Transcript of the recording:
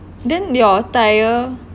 then your tyre